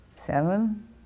Seven